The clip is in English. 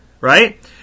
right